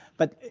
but,